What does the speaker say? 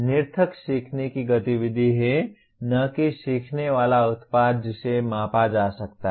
निरर्थक सीखने की गतिविधि है न कि सीखने वाला उत्पाद जिसे मापा जा सकता है